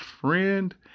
friend